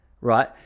right